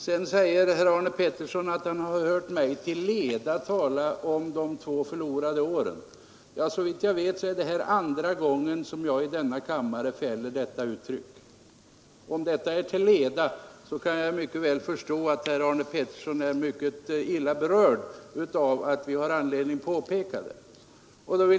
Herr Arne Pettersson säger att han hört mig till leda tala om de två förlorade åren. Såvitt jag vet är detta andra gången jag använder det uttrycket i denna kammare. Om det är till leda, måste herr Arne Pettersson vara mycket illa berörd av att vi har anledning att påpeka det.